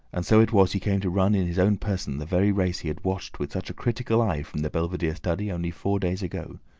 and so it was he came to run in his own person the very race he had watched with such a critical eye from the belvedere study only four days ago.